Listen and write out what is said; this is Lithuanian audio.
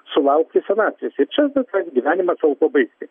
sulaukti senatvės ir čia visas gyvenimas jau tuo baigsis